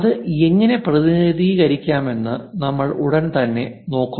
അത് എങ്ങനെ പ്രതിനിധീകരിക്കാമെന്ന് നമ്മൾ ഉടൻ തന്നെ നോക്കും